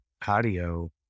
patio